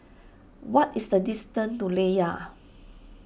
what is the distance to Layar